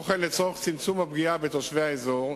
כמו כן, לצורך צמצום הפגיעה בתושבי האזור,